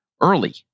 early